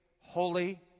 holy